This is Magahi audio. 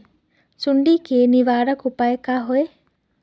सुंडी के निवारक उपाय का होए?